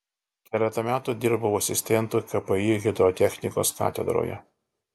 keletą metų dirbo asistentu kpi hidrotechnikos katedroje